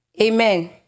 Amen